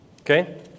Okay